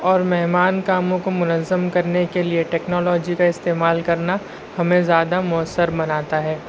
اور مہمان کاموں کو منظّم کرنے کے لیے ٹیکنالوجی کا استعمال کرنا ہمیں زیادہ مؤثر بناتا ہے